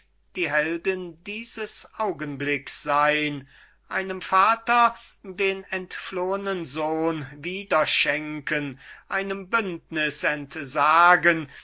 die heldin dieses augenblicks sein einem vater den entflohenen sohn wieder schenken einem bündniß entsagen